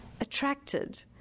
attracted